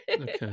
Okay